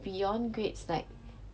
beyond grades like